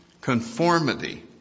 conformity